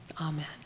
amen